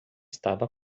estava